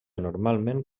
normalment